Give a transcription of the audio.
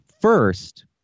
First